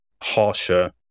harsher